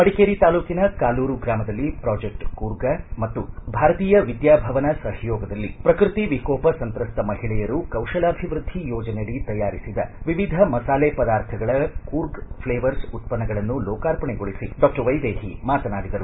ಮಡಿಕೇರಿ ತಾಲೂಕಿನ ಕಾಲೂರು ಗ್ರಾಮದಲ್ಲಿ ಪ್ರಾಜೆಕ್ಟ್ ಕೂರ್ಗ್ ಮತ್ತು ಭಾರತೀಯ ವಿದ್ಯಾ ಭವನ ಸಹಯೋಗದಲ್ಲಿ ಪ್ರಕೃತಿ ವಿಕೋಪ ಸಂತ್ರಸ್ತ ಮಹಿಳೆಯರು ಕೌಶಲಾಭಿವೃದ್ಧಿ ಯೋಜನೆಯಡಿ ತಯಾರಿಸಿದ ವಿವಿಧ ಮಸಾಲೆ ಪದಾರ್ಥಗಳ ಕೂರ್ಗ್ ಫ್ಲೇಮರ್ಸ್ ಉತ್ಪನ್ನಗಳನ್ನು ಲೋಕಾರ್ಪಣೆಗೊಳಿಸಿ ಡಾಕ್ಟರ್ ವೈದೇಹಿ ಮಾತನಾಡಿದರು